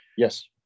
Yes